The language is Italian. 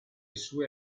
sue